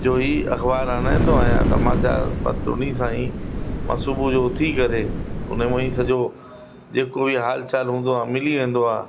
जो हीअ अख़बारु हणाईंदो आहियां त मां छा पत उनसां ई मां सुबुह जो उथी करे उनमां ई सॼो जेको बि हाल चाल हुंदो आहे मिली वेंदो आहे